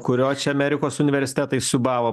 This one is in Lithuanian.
kurio čia amerikos universitetai siūbavo